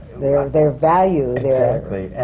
their their value? exactly.